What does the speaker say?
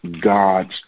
God's